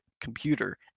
computer